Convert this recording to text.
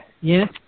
Yes